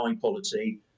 policy